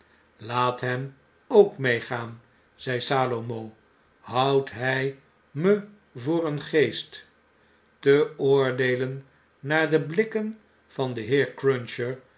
laat hem ook meegaan zei salomo houdt hjj me voor een geest te oordeelen naar de blikken van den heer cruncher